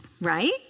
Right